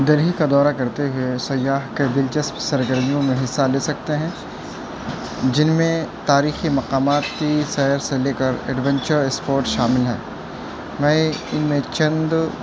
دہلی کا دورہ کرتے ہوئے سیاح کے دلچسپ سرگرمیوں میں حصہ لے سکتے ہیں جن میں تاریخی مقامات کی سیر سے لے کر ایڈوینچر اسپورٹ شامل ہیں میں ان میں چند